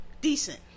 decent